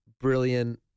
brilliant